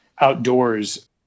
outdoors